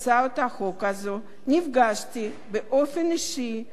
נפגשתי באופן אישי עם יו"ר "יד ושם",